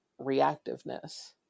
reactiveness